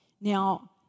Now